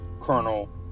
Colonel